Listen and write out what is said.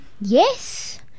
yes